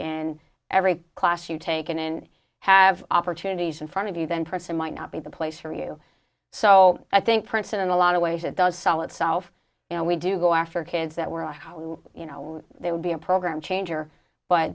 and every class you've taken in have opportunities in front of you then person might not be the place for you so i think princeton and a lot of ways it does sell itself and we do go after kids that were are you know they would be a program changer but